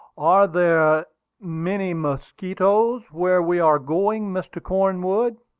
are there many mosquitoes where we are going, mr. cornwood?